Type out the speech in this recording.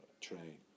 train